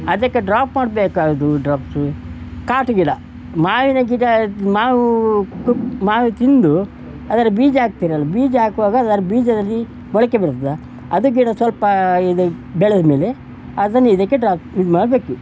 ಅದಕ್ಕೆ ಡ್ರಾಪ್ ಮಾಡ್ಬೇಕು ಅದು ಡ್ರಾಪ್ಸು ಕಾಟು ಗಿಡ ಮಾವಿನ ಗಿಡ ಮಾವು ಕ ಮಾವು ತಿಂದು ಅದರ ಬೀಜ ಹಾಕ್ತೀರಲ್ಲ ಬೀಜ ಹಾಕುವಾಗ ಅದರ ಬೀಜದಲ್ಲಿ ಮೊಳಕೆ ಬರ್ತದೆ ಅದು ಗಿಡ ಸ್ವಲ್ಪ ಇದು ಬೆಳೆದ ಮೇಲೆ ಅದನ್ನು ಇದಕ್ಕೆ ಡ್ರಾಪ್ ಇದು ಮಾಡಬೇಕು